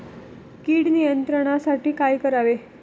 कीड नियंत्रणासाठी काय करावे?